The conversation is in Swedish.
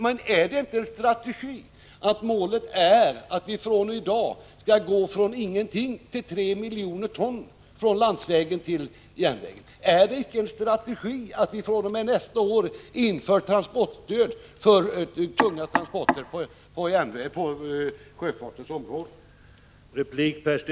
Men är det då inte strategi att sätta upp målet att vi skall gå från ingenting till att överföra transporter på 3 miljoner ton gods från landsväg till järnväg? Är det inte strategi att vi fr.o.m. nästa år inför transportstöd för tunga transporter på sjöfartens område?